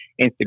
Instagram